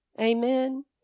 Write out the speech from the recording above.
Amen